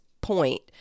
point